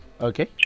Okay